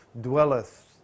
dwelleth